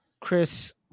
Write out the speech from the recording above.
Chris